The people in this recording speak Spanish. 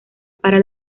para